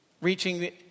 reaching